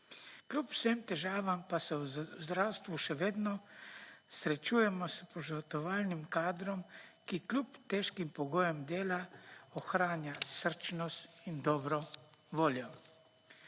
Kljub vsem težavam pa se v zdravstvu še vedno srečujemo s požrtvovalnim kadrom, ki kljub težkim pogojem dela ohranja srčnost in dobro voljo.